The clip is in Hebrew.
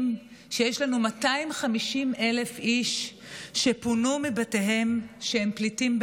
40 ימים שיש לנו 250,000 איש שפונו מבתיהם,